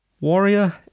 Warrior